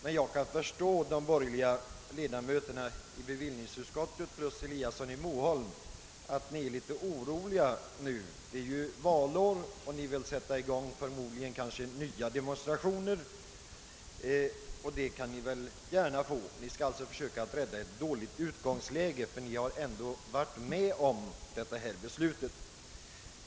Men jag kan förstå att bevillningsutskottets borgerliga ledamöter och herr Eliasson i Moholm är litet oroliga, ty det är ju valår och de vill förmodligen sätta i gång nya demonstrationer. Och det kan de få göra; de har ju ett dåligt utgångsläge, eftersom de ändock själva varit med om beslutet.